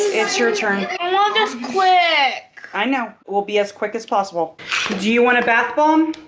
it's your turn. i want this quick i know, we'll be as quick as possible do you want a bath bomb?